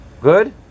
Good